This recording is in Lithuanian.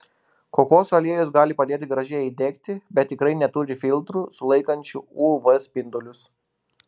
kokosų aliejus gali padėti gražiai įdegti bet tikrai neturi filtrų sulaikančių uv spindulius